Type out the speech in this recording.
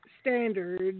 standards